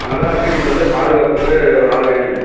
அதனால் வீட்டுக்கு வந்து பாதுகாப்புக்கு ஒரு ஆள் வேணும்ங்க